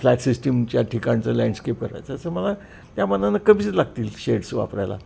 flat सिस्टीमच्या ठिकाणचं landscape करायचं असं मला त्यामानानं कमीच लागतील शेड्स वापरायला